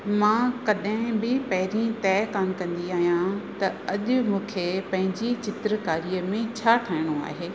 मां कॾहिं बि पहिरीं तय कोन कंदी आहियां त अॼु मूंखे पंहिंजी चित्रकारीअ में छा ठाहिणो आहे